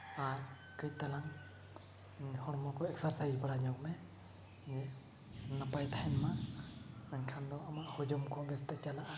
ᱟᱨ ᱠᱟᱹᱡ ᱛᱟᱞᱟᱝ ᱦᱚᱲᱢᱚ ᱠᱚ ᱮᱹᱠᱥᱟᱨ ᱥᱟᱭᱤᱡᱽ ᱵᱟᱲᱟ ᱧᱚᱜᱽ ᱢᱮ ᱧᱮ ᱱᱟᱯᱟᱭ ᱛᱟᱦᱮᱱᱢᱟ ᱢᱮᱱᱠᱷᱟᱱ ᱫᱚ ᱟᱢᱟᱜ ᱦᱚᱡᱚᱢ ᱠᱚ ᱵᱮᱥ ᱛᱮ ᱪᱟᱞᱟᱜᱼᱟ